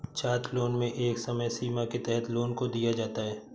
छात्रलोन में एक समय सीमा के तहत लोन को दिया जाता है